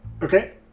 Okay